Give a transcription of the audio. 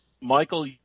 Michael